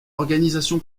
organisation